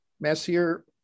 messier